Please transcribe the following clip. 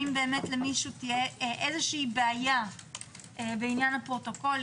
למישהו תהיה איזושהי בעיה בעניין הפרוטוקול,